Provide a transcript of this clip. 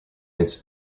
its